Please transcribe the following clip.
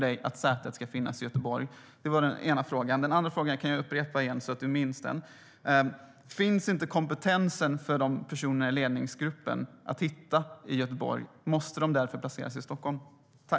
Det är den ena frågan. Min andra fråga kan jag upprepa, så att du minns den: Står inte kompetensen för personerna i ledningsgruppen att finna i Göteborg? Måste de därför placeras i Stockholm?